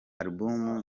album